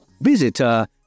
visitor